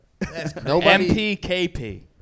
MPKP